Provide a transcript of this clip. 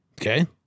Okay